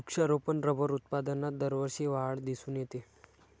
वृक्षारोपण रबर उत्पादनात दरवर्षी वाढ दिसून येते